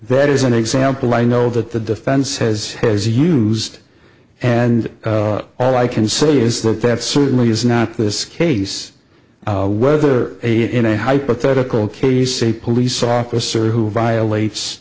that is an example i know that the defense has has used and all i can say is that that certainly is not this case whether a in a hypothetical case a police officer who